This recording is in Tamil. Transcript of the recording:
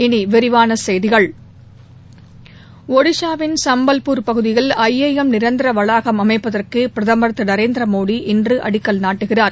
இனி விரிவான செய்திகள் ஒடிஷாவின் சம்பல்பூர் பகுதியில் ஐஐஎம் நிரந்தர வளாகம் அமைப்பதற்கு பிரதமர் திரு நரேந்திர மோடி இன்று அடிக்கல் நாட்டுகிறார்